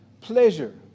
pleasure